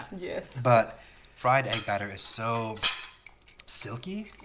yeah but fried egg batter is so silky.